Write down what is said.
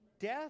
death